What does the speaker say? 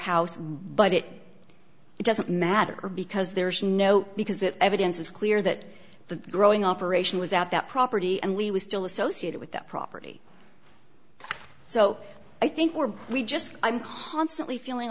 house but it doesn't matter because there's no because that evidence is clear that the growing operation was out that property and lee was still associated with that property so i think we're we just i'm constantly feeling